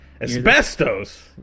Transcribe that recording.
Asbestos